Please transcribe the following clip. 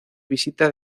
visita